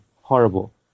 horrible